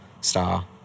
star